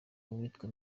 uwitwa